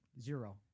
zero